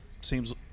seems